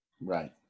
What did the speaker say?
Right